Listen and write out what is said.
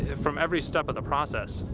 from every step of the process,